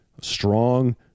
strong